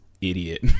idiot